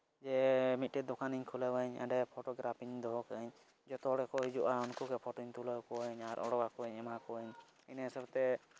ᱡᱮ ᱢᱤᱫᱴᱮᱱ ᱫᱚᱠᱟᱱᱤᱧ ᱠᱷᱩᱞᱟᱹᱣᱟᱹᱧ ᱚᱸᱰᱮ ᱯᱷᱚᱴᱳᱜᱨᱟᱯᱷᱤᱧ ᱫᱚᱦᱚ ᱠᱟᱜᱼᱟᱹᱧ ᱡᱚᱛᱚ ᱦᱚᱲ ᱜᱮᱠᱚ ᱦᱤᱡᱩᱜᱼᱟ ᱩᱱᱠᱩᱜᱮ ᱯᱷᱚᱴᱳᱧ ᱛᱩᱞᱟᱹᱣ ᱠᱚᱣᱟᱹᱧ ᱟᱨ ᱚᱰᱳᱠᱟᱠᱚᱣᱟᱹᱧ ᱮᱢᱟ ᱠᱚᱣᱟᱹᱧ ᱤᱱᱟᱹ ᱦᱤᱥᱟᱹᱵᱽᱛᱮ